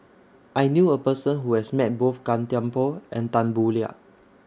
I knew A Person Who has Met Both Gan Thiam Poh and Tan Boo Liat